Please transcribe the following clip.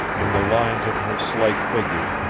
in the lines of her slight figure,